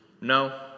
No